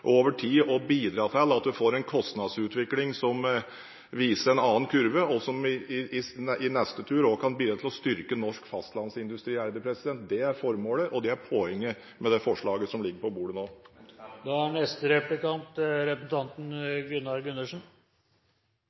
over tid å bidra til at du får en kostnadsutvikling som viser en annen kurve, og som i sin tur kan bidra til å styrke norsk fastlandsindustri. Det er formålet, og det er poenget med det forslaget som ligger på bordet nå.